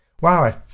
wow